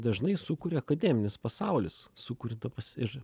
dažnai sukuria akademinis pasaulis sukurdamas ir